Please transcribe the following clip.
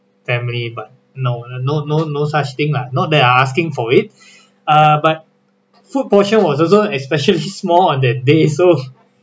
family but no no no no such thing lah not that I asking for it uh but food portion was also especially small on that day so